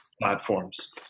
platforms